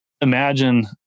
Imagine